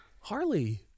Harley